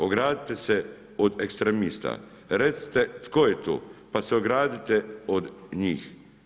Ogradite se od ekstremista, recite tko je to pa se ogradite od njih.